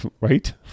right